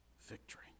victory